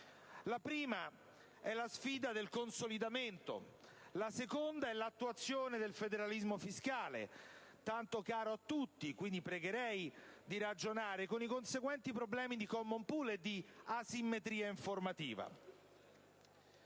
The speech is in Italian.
la prima è la sfida del consolidamento; la seconda è l'attuazione del federalismo fiscale, tanto caro a tutti (quindi vi pregherei di ragionarci su), con i conseguenti problemi di *common pool* e di asimmetria informativa.